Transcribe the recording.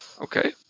Okay